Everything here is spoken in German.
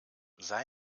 sei